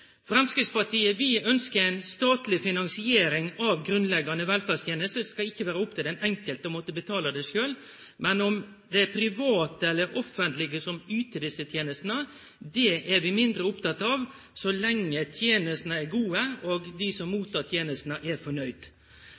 Framstegspartiet ønskjer ei statleg finansiering av grunnleggjande velferdstenester. Det skal ikkje vere opp til den enkelte å måtte betale det sjølv. Men om det er private eller offentlege som yter desse tenestene, er vi mindre opptekne av, så lenge tenestene er gode og dei som mottek tenestene, er